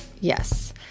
Yes